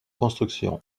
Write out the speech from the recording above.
construction